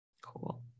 Cool